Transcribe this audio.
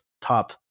top